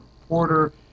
reporter